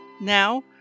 Now